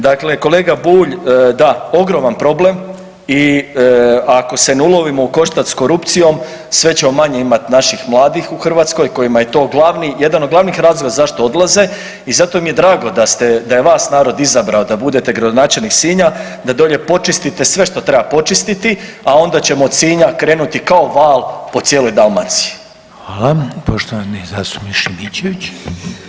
Dakle, kolega Bulj da, ogroman problem i ako se ne ulovimo u koštac s korupcijom sve ćemo manje imat naših mladih u Hrvatskoj kojima je to glavni, jedan od glavnih razloga zašto odlaze i zato mi je drago da ste, da je vas narod izabrao da budete gradonačelnik Sinja da dolje počistite sve što treba počistiti, a onda ćemo od Sinja krenuti kao val po cijeloj Dalmaciji.